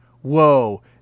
Whoa